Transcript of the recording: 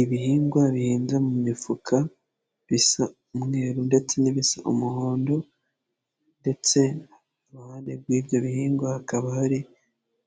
Ibihingwa bihinze mu mifuka bisa umweru ndetse n'ibisa umuhondo, ndetse iruhande rw'ibyo bihingwa hakaba hari